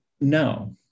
No